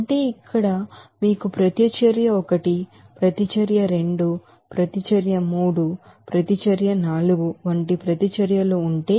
అంటే ఇక్కడ మీకు ప్రతిచర్య ఒకటి ప్రతిచర్య రెండు ప్రతిచర్య మూడు ప్రతిచర్య నాలుగు వంటి ప్రతిచర్యలు ఉంటే